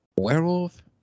Werewolf